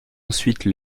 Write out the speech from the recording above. ensuite